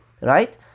right